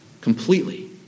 completely